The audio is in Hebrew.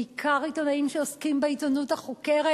בעיקר עיתונאים שעוסקים בעיתונות החוקרת.